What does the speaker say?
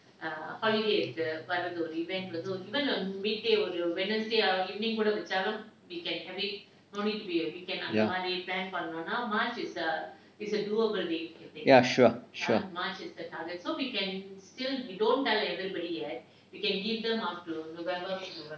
ya sure sure